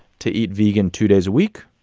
to eat vegan two days a week,